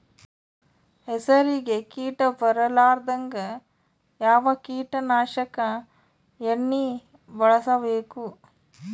ಹೆಸರಿಗಿ ಕೀಟ ಬರಲಾರದಂಗ ಯಾವ ಕೀಟನಾಶಕ ಎಣ್ಣಿಬಳಸಬೇಕು?